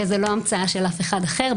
וזה לא המצאה של אף אחד אחר,